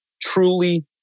truly